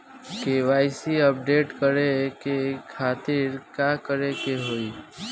KYC update करे के खातिर का करे के होई?